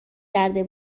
کرده